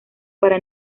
para